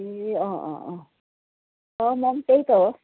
ए अँ अँ अँ अँ म पनि त्यही त हो